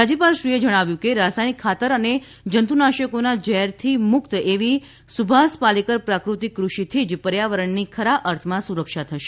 રાજ્યપાલશ્રીએ જણાવ્યું હતું કે રાસાયણિક ખાતર અને જંતુનાશકોના ઝેરથી મુક્ત એવી સુભાષ પાલેકર પ્રાકૃતિક કૃષિથી જ પર્યાવરણની ખરા અર્થમાં સુરક્ષા થશે